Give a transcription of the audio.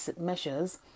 measures